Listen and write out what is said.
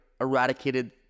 eradicated